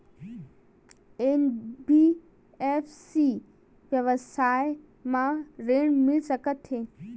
NBFC व्यवसाय मा ऋण मिल सकत हे